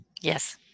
Yes